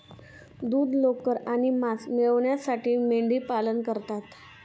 दूध, लोकर आणि मांस मिळविण्यासाठी मेंढीपालन करतात